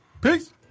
Peace